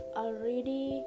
already